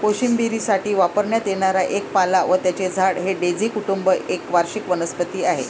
कोशिंबिरीसाठी वापरण्यात येणारा एक पाला व त्याचे झाड हे डेझी कुटुंब एक वार्षिक वनस्पती आहे